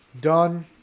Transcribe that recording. done